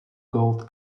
gold